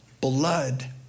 blood